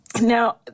Now